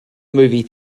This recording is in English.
movie